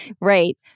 right